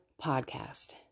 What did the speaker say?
podcast